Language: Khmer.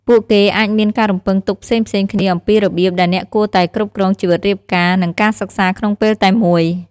ពួកគេអាចមានការរំពឹងទុកផ្សេងៗគ្នាអំពីរបៀបដែលអ្នកគួរតែគ្រប់គ្រងជីវិតរៀបការ និងការសិក្សាក្នុងពេលតែមួយ។